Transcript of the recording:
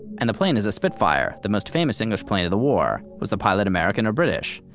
and the plane is a spitfire, the most famous english plane of the war. was the pilot american or british?